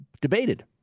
debated